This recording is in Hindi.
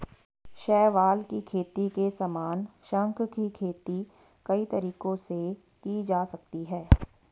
शैवाल की खेती के समान, शंख की खेती कई तरीकों से की जा सकती है